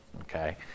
okay